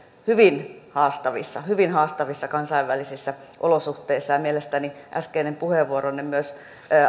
hyvin haastavissa hyvin haastavissa kansainvälisissä olosuhteissa mielestäni äskeinen puheenvuoronne myös